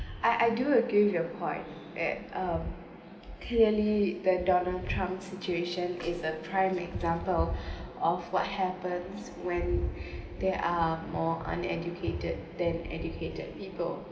I I do agree with your point at a clearly that donald trump situation is a prime example of what happens when there are more uneducated than educated people